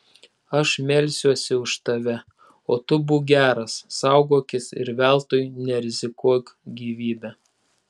aš melsiuosi už tave o tu būk geras saugokis ir veltui nerizikuok gyvybe